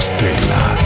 Stella